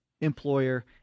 employer